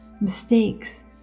mistakes